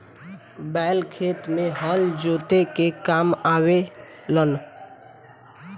बैल खेत में हल जोते के काम आवे लनअ